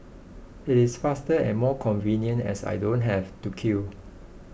it is faster and more convenient as I don't have to queue